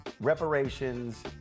reparations